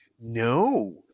No